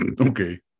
Okay